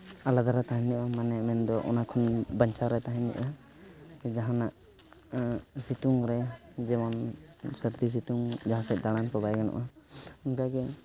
ᱟᱞᱟᱫᱟ ᱨᱮ ᱛᱟᱦᱮᱱ ᱦᱩᱭᱩᱜᱼᱟ ᱢᱟᱱᱮ ᱢᱮᱱᱫᱚ ᱚᱱᱟ ᱠᱷᱚᱱ ᱵᱟᱧᱪᱟᱣ ᱨᱮ ᱛᱟᱦᱮᱱ ᱦᱩᱭᱩᱜᱼᱟ ᱡᱟᱦᱟᱱᱟᱜ ᱥᱤᱛᱩᱝ ᱨᱮ ᱡᱮᱢᱚᱱ ᱥᱟᱹᱨᱫᱤ ᱥᱤᱛᱩᱝ ᱡᱟᱦᱟᱸ ᱥᱮᱫ ᱫᱟᱲᱟᱱ ᱠᱚ ᱵᱟᱭ ᱜᱟᱱᱚᱜᱼᱟ ᱚᱱᱠᱟᱜᱮ